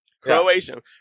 Croatian